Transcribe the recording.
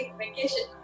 vacation